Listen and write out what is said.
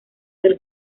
del